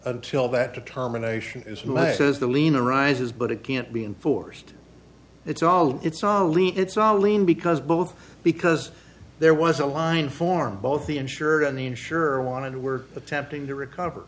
until that determination is made as the lien arises but it can't be enforced it's all it's all eat it's all lean because both because there was a line form both the insured and the insurer wanted were attempting to recover